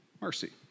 mercy